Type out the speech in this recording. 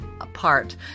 Apart